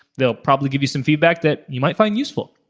they'll probably give you some feedback that you might find useful.